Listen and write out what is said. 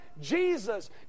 Jesus